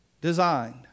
designed